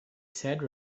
said